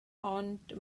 ond